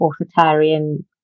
authoritarian